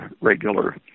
regular